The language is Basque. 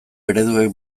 ereduek